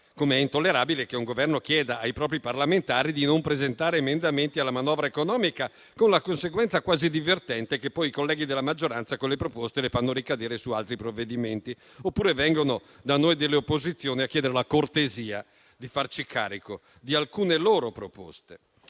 Come è intollerabile che un Governo chieda ai propri parlamentari di non presentare emendamenti alla manovra economica, con la conseguenza, quasi divertente, che poi i colleghi della maggioranza quelle proposte le fanno ricadere su altri provvedimenti, oppure vengono da noi delle opposizioni a chiedere la cortesia di farci carico di alcune loro proposte.